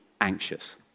anxious